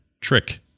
Trick